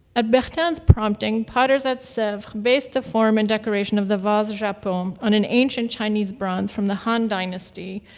at bertin's prompting, potters at sevres based the form and decoration of the vase japon on an ancient chinese bronze from the han dynasty,